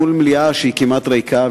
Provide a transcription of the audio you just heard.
מול מליאה שהיא כמעט ריקה,